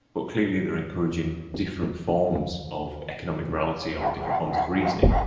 but clearly they are encouraging different forms of economic morality or different forms of reasoning,